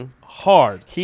Hard